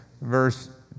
verse